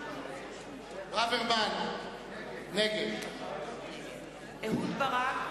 ברוורמן, נגד אהוד ברק,